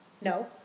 No